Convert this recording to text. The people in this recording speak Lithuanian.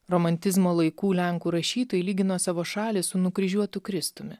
romantizmo laikų lenkų rašytojai lygino savo šalį su nukryžiuotu kristumi